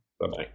Bye-bye